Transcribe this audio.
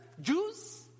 Jews